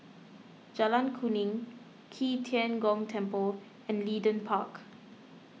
Jalan Kuning Qi Tian Gong Temple and Leedon Park